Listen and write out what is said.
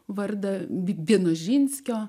vardą v vienožinskio